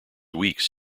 weeks